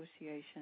Association